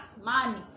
money